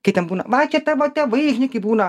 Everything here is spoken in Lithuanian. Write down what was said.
kai ten būna va čia tavo tėvai žinai kaip būna